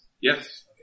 Yes